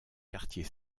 quartier